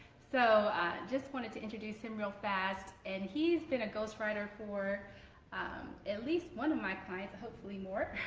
so just wanted to introduce him real fast and he's been a ghostwriter for at least one of my clients hopefully more!